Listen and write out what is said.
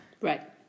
Right